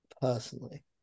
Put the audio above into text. personally